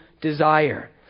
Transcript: desire